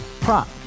Prop